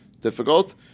difficult